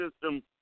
system